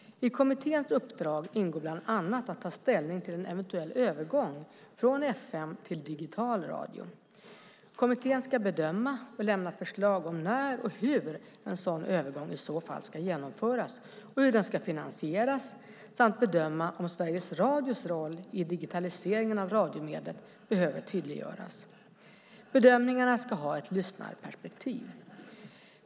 I kommitténs uppdrag ingår bland annat att ta ställning till en eventuell övergång från FM till digital radio. Kommittén ska bedöma och lämna förslag om när och hur en sådan övergång i så fall ska genomföras och hur den ska finansieras samt bedöma om Sveriges Radios roll i digitaliseringen av radiomediet behöver tydliggöras. Bedömningarna ska ha ett lyssnarperspektiv.